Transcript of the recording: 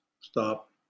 Stop